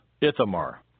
Ithamar